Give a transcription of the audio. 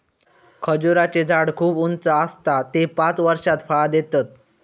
खजूराचें झाड खूप उंच आसता ते पांच वर्षात फळां देतत